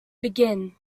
begin